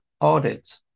audit